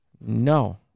No